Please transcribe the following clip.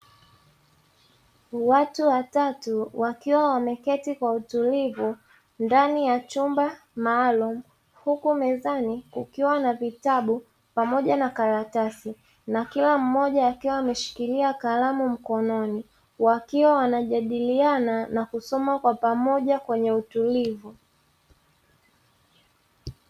Watu watatu wakiwa wameketi kwa utulivu ndani ya chumba maalumu huku mezani kukiwa na vitabu pamoja na karatasi na kila mmoja akiwa ameshikilia kalamu mkononi. Wakiwa wanajadiliana na kusoma kwa pamoja kwenye utulivu.